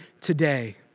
today